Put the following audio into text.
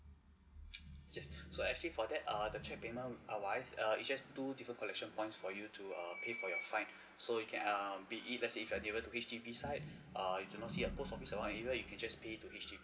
yes so actually for that err the cheque payment err wise err it just two different collection points for you to err pay for your fine so you can um be it let's say if you are near to the H_D_B side err you do not see a post office around your area you can just pay to H_D_B